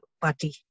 party